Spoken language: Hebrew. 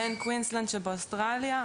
כמו קווינסלנד שבאוסטרליה,